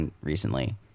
recently